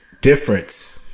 difference